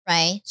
Right